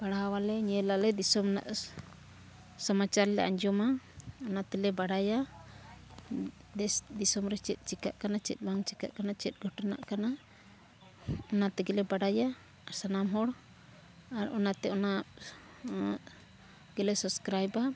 ᱯᱟᱲᱦᱟᱣᱟᱞᱮ ᱧᱮᱞᱟᱞᱮ ᱫᱤᱥᱚᱢ ᱨᱮᱱᱟᱜ ᱥᱟᱢᱟᱪᱟᱨ ᱞᱮ ᱟᱸᱡᱚᱢᱟ ᱚᱱᱟ ᱛᱮᱞᱮ ᱵᱟᱲᱟᱭᱟ ᱫᱮᱥᱼᱫᱤᱥᱚᱢ ᱨᱮ ᱪᱮᱫ ᱪᱮᱠᱟᱜ ᱠᱟᱱᱟ ᱪᱮᱫ ᱵᱟᱝ ᱪᱮᱠᱟᱜ ᱠᱟᱱᱟ ᱪᱮᱫ ᱜᱷᱚᱴᱚᱱᱟᱜ ᱠᱟᱱᱟ ᱚᱱᱟ ᱛᱮᱜᱮ ᱞᱮ ᱵᱟᱲᱟᱭᱟ ᱟᱨ ᱥᱟᱱᱟᱢ ᱦᱚᱲ ᱟᱨ ᱚᱱᱟᱛᱮ ᱚᱱᱟ ᱜᱮᱞᱮ ᱟ